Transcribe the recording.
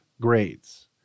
grades